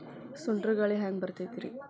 ಸುಂಟರ್ ಗಾಳಿ ಹ್ಯಾಂಗ್ ಬರ್ತೈತ್ರಿ?